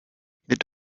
mit